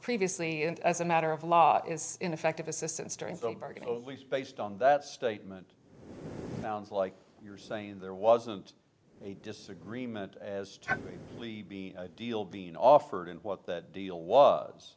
previously and as a matter of law is ineffective assistance during the bargain at least based on that statement sounds like you're saying there wasn't a disagreement as temporary plea deal being offered and what the deal was